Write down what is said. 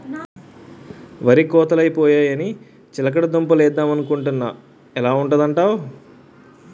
వరి కోతలై పోయాయని చిలకడ దుంప లేద్దమనుకొంటున్నా ఎలా ఉంటదంటావ్?